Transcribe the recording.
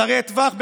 קצרי טווח,